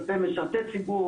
כלפי משרתי ציבור,